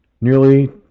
Nearly